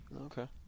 Okay